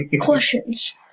Questions